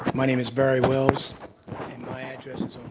my name is barry wells and my address is